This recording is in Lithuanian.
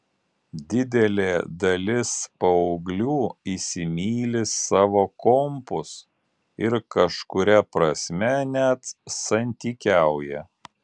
didelė dalis paauglių įsimyli savo kompus ir kažkuria prasme net santykiauja